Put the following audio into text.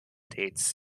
dates